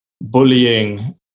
bullying